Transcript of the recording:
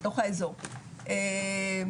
סוניה,